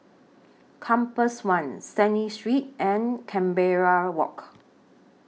Compass one Stanley Street and Canberra Walk